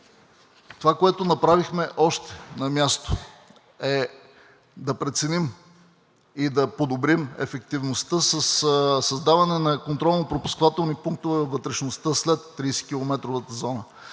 Това, което направихме още на място, е да преценим и да подобрим ефективността със създаване на контролно-пропускателни пунктове във вътрешността след 30-километровата зона.